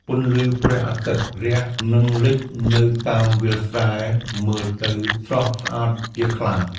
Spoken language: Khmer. ពន្លឺព្រះអាទិត្យរះ និងលិចនៅតាមវាលស្រែ មើលទៅស្រស់ស្អាតជាខ្លាំង។